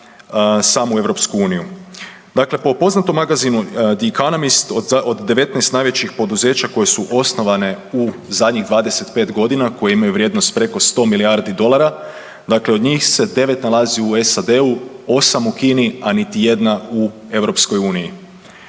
samu EU. Dakle, po poznatom magazinu The Economist od 19 najvećih poduzeća koje su osnovane u zadnjih 25 godina koje imaju vrijednost preko 100 milijardi dolara, dakle od njih se devet nalazi u SAD-u, osam u Kini, a niti jedna u EU.